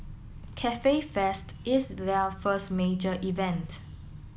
Cafe Fest is their first major event